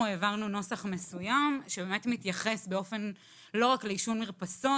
אנחנו העברנו נוסח מסוים שמתייחס לא רק לעישון במרפסות